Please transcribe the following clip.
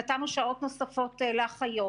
נתנו שעות נוספות לאחיות.